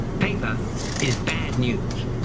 paper is bad news.